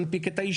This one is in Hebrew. סביבתי)